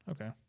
Okay